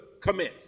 commence